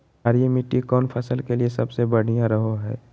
क्षारीय मिट्टी कौन फसल के लिए सबसे बढ़िया रहो हय?